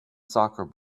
soccer